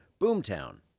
Boomtown